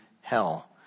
hell